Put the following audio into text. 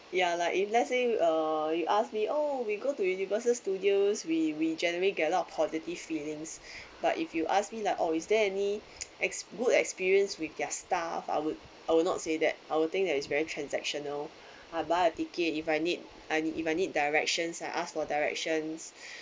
ya lah if let's say uh you ask me oh we go to Universal Studios we we generally get a lot of positive feelings but if you ask me like oh is there any ex~ good experience with their staff I would I would not say that I would think that it's very transactional I buy a ticket if I need I need if I need directions I ask for directions